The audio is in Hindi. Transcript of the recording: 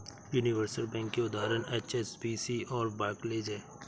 यूनिवर्सल बैंक के उदाहरण एच.एस.बी.सी और बार्कलेज हैं